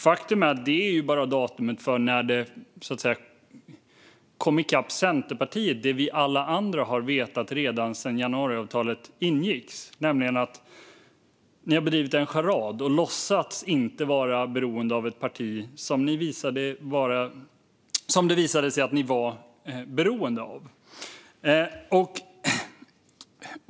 Faktum är dock att detta bara är datumet då det alla vi andra redan har vetat sedan januariavtalet ingicks kom i kapp Centerpartiet, nämligen att ni har bedrivit en charad och låtsats inte vara beroende av ett parti som det visade sig att ni var beroende av.